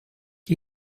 gli